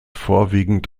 vorwiegend